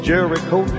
Jericho